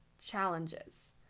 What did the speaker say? challenges